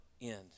end